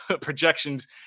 projections